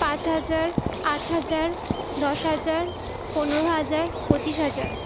পাঁচ হাজার আট হাজার দশ হাজার পনেরো হাজার পঁচিশ হাজার